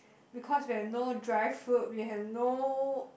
because we have no dry food we have no